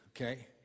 okay